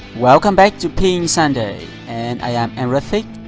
welcome back to pingsunday, and i'm emratthich.